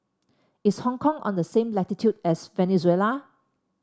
is Hong Kong on the same latitude as Venezuela